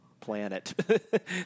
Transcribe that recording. planet